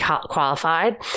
qualified